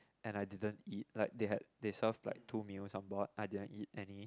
and I didn't eat like they had they serve like two meals onboard I didn't eat any